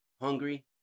hungry